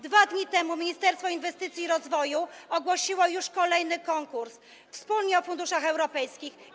2 dni temu Ministerstwo Inwestycji i Rozwoju ogłosiło już kolejny konkurs „Wspólnie o funduszach europejskich”